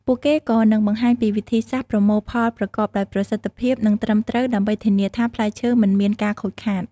ពួកគេក៏នឹងបង្ហាញពីវិធីសាស្រ្តប្រមូលផលប្រកបដោយប្រសិទ្ធភាពនិងត្រឹមត្រូវដើម្បីធានាថាផ្លែឈើមិនមានការខូចខាត។